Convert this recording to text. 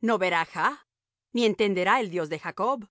no verá jah ni entenderá el dios de jacob